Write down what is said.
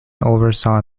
oversaw